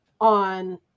on